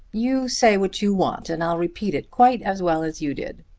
you say what you want and i'll repeat it quite as well as you did.